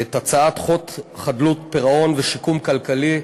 את הצעת חוק חדלות פירעון ושיקום כלכלי,